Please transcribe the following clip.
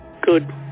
Good